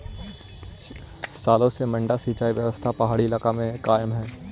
सालो से मड्डा सिंचाई व्यवस्था पहाड़ी इलाका में कायम हइ